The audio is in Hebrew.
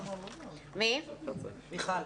מיכל,